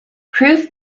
proof